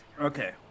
Okay